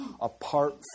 apart